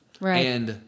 Right